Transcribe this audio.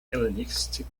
hellenistic